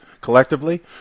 collectively